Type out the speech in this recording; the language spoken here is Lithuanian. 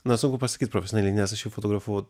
na sunku pasakyt profesionaliai nes aš jau fotografavau